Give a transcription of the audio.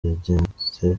yagenze